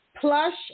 Plush